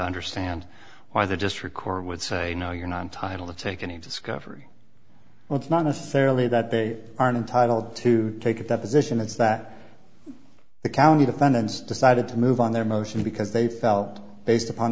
understand why they just record would say no you're not entitled to take any discovery well it's not necessarily that they aren't entitled to take that position it's that the county defendants decided to move on their motion because they felt based upon